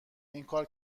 اینکار